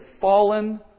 fallen